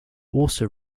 also